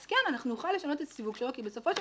אז כן אנחנו נוכל לשנות את הסיווג שלו כי בסופו של